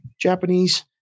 Japanese